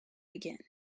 begin